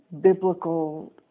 biblical